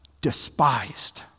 despised